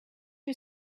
you